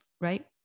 right